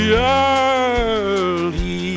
early